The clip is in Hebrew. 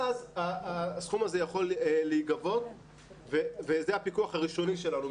הסכום הזה יכול להיגבות וזה הפיקוח הראשוני שלנו.